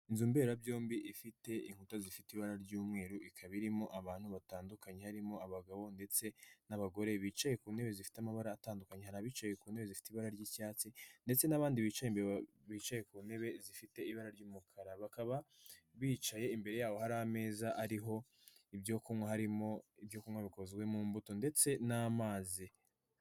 Inzu mberabyombi ifite inkuta zifite ibara ry'umweru, ikaba irimo abantu batandukanye, harimo abagabo ndetse n'abagore bicaye ku ntebe zifite amabara atandukanye, hari abicaye ku ntebe zifite ibara ry'icyatsi ndetse n'abandi bicaye ku ntebe zifite ibara ry'umukara. Bakaba bicaye imbere yabo hari ameza ariho ibyo kunywa, harimo ibyo kunywa bikozwe mu mbuto ndetse n'amazi.